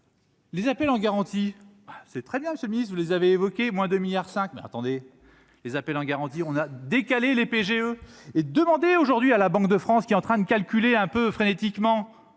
Les appels en garantie, c'est très bien, chemise, vous les avez évoqués : moins 2 milliards 5 mais attendez les appels en garantie, on a décalé les PGE et demandé aujourd'hui à la Banque de France qui est en train de calculer un peu frénétiquement